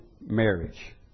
marriage